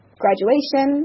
graduation